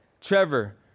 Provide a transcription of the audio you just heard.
Trevor